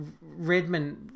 Redmond